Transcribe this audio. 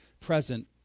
present